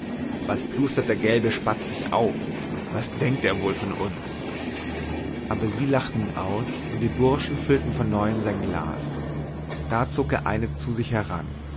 was plustert der gelbe spatz sich auf was denkt er wohl von uns aber sie lachten ihn aus und die burschen füllten von neuem sein glas da zog er eine zu sich heran